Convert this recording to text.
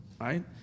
Right